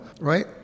right